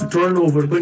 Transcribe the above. Turnover